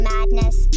Madness